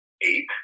Eight